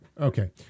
Okay